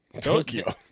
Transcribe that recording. Tokyo